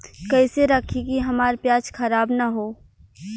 कइसे रखी कि हमार प्याज खराब न हो?